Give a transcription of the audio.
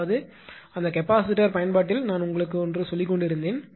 அதாவது அந்த கெபாசிட்டார் பயன்பாட்டில் நான் உங்களுக்கு ஒன்று சொல்லிக்கொண்டிருந்தேன்